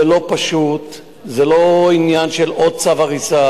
זה לא פשוט, זה לא עניין של עוד צו הריסה.